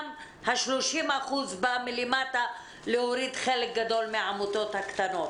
גם ה-30% בא מלמטה להוריד חלק גדול מהעמותות הקטנות,